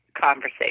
conversation